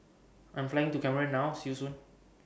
I'm Flying to Cameroon now See YOU Soon